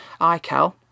iCal